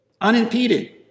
Unimpeded